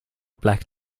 black